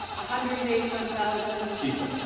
ah hundred and eighty one thousand people.